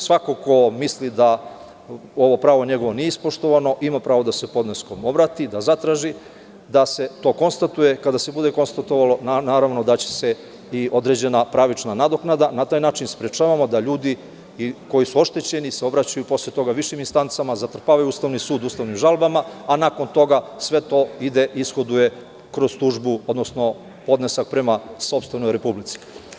Svako ko misli da ovo pravo njegovo nije ispoštovano, ima pravo da se podneskom obrati, da zatraži, da se to konstatuje, a kada se bude konstatovalo, naravno da će se i određena pravična nadoknada i na taj način sprečavamo da ljudi koji su oštećeni se obraćaju višim instancama, zatrpavaju Ustavni sud ustavnim žalbama, a nakon toga sve to ide i ishoduje kroz službu, odnosno podnesak prema sopstvenoj Republici.